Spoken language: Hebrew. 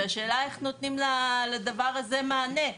והשאלה איך נותנים לדבר הזה מענה,